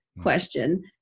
question